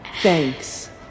thanks